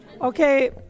Okay